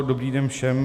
Dobrý den všem.